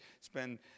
spend